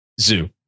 Zoo